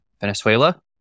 Venezuela